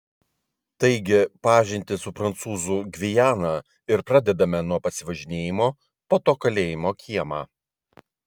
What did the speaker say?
taigi pažintį su prancūzų gviana ir pradedame nuo pasivažinėjimo po to kalėjimo kiemą